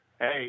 Hey